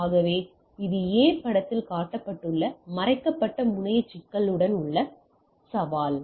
ஆகவே இது A படத்தில் காட்டப்பட்டுள்ள மறைக்கப்பட்ட முனைய சிக்கலுடன் உள்ள சவால்